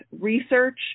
research